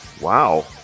Wow